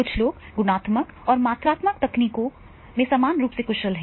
कुछ लोग गुणात्मक और मात्रात्मक तकनीकों में समान रूप से कुशल हैं